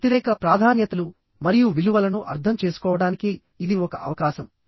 వ్యతిరేక ప్రాధాన్యతలు మరియు విలువలను అర్థం చేసుకోవడానికి ఇది ఒక అవకాశం